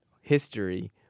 history